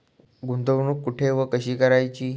गुंतवणूक कुठे व कशी करायची?